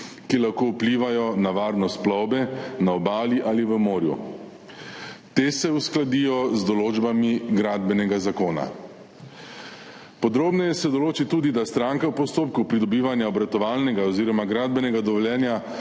ki lahko vplivajo na varnost plovbe na obali ali v morju. Te se uskladijo z določbami Gradbenega zakona. Podrobneje se določi tudi, da stranka v postopku pridobivanja obratovalnega oziroma gradbenega dovoljenja